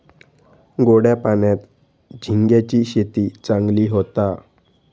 गोड्या पाण्यात झिंग्यांची शेती चांगली होता